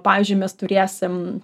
pavyzdžiui mes turėsim